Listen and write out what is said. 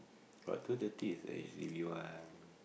but two thirty is the H_D_B one